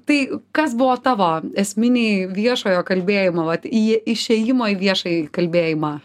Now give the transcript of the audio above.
tai kas buvo tavo esminiai viešojo kalbėjimo vat į išėjimo į viešąjį kalbėjimą